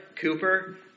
Cooper